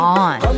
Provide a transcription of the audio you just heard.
on